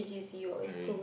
curry